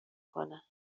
کنه